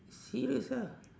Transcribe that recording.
serious ah